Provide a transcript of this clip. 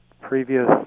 previous